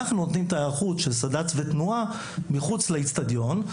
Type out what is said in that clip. אנחנו נותנים את התוכנית של סד"ק של התנועה מחוץ לאצטדיון.